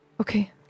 Okay